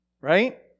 right